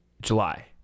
July